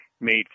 made